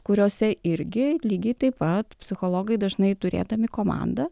kuriose irgi lygiai taip pat psichologai dažnai turėdami komandą